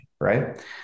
Right